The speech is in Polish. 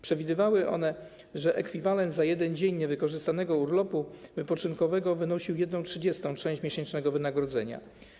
Przewidywały one, że ekwiwalent za 1 dzień niewykorzystanego urlopu wypoczynkowego wynosił 1/30 część miesięcznego wynagrodzenia.